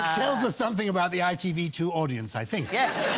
tells us something about the i t v two audience. i think yes